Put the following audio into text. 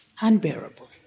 unbearable